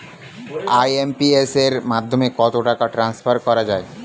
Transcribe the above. IMPS এর মাধ্যমে কত টাকা ট্রান্সফার করা যায়?